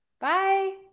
Bye